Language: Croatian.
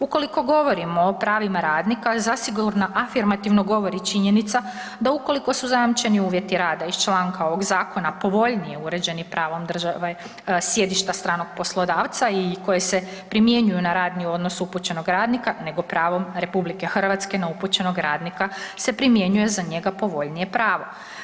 Ukoliko govorimo o pravima radnika zasigurno afirmativno govori činjenica da ukoliko su zajamčeni uvjeti rada iz članka ovog zakona povoljniji uređeni pravom države sjedišta stranog poslodavca i koje se primjenjuju na radni odnos upućenog radnika nego pravom RH na upućenog radnika se primjenjuje za njega povoljnije pravo.